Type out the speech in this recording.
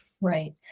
Right